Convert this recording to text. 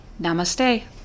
Namaste